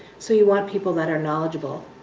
so you want people that are knowledgeable.